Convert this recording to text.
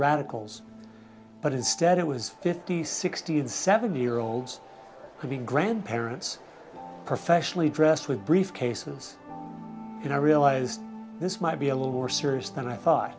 radicals but instead it was fifty sixty and seventy year olds would be grandparents professionally dressed with briefcases and i realized this might be a little more serious than i thought